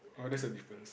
ah that's the difference